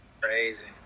Crazy